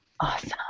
Awesome